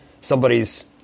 somebody's